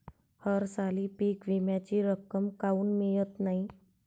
हरसाली पीक विम्याची रक्कम काऊन मियत नाई?